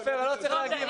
עופר, לא צריך להגיב.